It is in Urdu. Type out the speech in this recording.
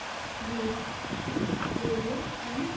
جی بولیے میم